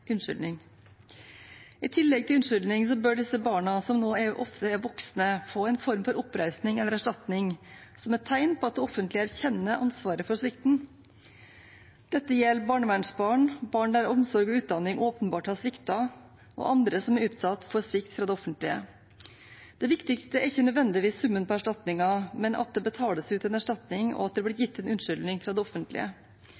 til mange, og det offentlige skylder dem en unnskyldning. I tillegg til unnskyldningen bør disse barna, som nå ofte er voksne, få en form for oppreisning eller erstatning som et tegn på at det offentlige erkjenner ansvaret for svikten. Dette gjelder barnevernsbarn, barn der omsorg og utdanning åpenbart har sviktet, og andre som er utsatt for svikt fra det offentlige. Det viktigste er ikke nødvendigvis summen på erstatningen, men at det betales ut en erstatning, og at det blir